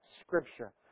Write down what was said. Scripture